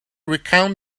recount